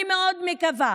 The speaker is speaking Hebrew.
אני מאוד מקווה